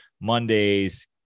Monday's